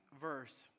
verse